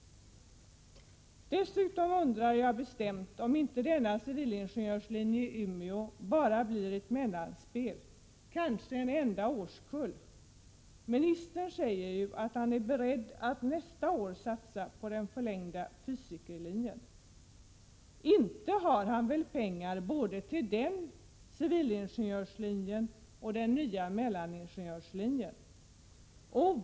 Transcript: Dessutom undrar jag bestämt om inte denna civilingenjörslinje i Umeå bara blir ett mellanspel, kanske en enda årskull. Ministern säger ju att han är beredd att nästa år satsa på den förlängda fysikerlinjen. Inte har han väl pengar till både den, civilingenjörslinjen och den nya mellaningenjörslinjen.